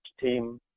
team